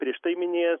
prieš tai minėjęs